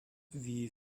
wie